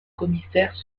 commissaires